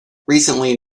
recently